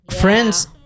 Friends